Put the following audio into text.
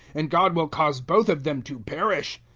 and god will cause both of them to perish.